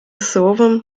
словом